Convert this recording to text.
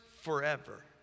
forever